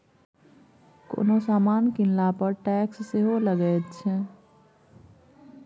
कोनो समान कीनला पर टैक्स सेहो लगैत छै